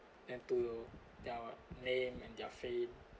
and to their name and their fame